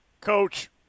Coach